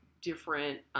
different